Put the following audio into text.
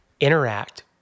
interact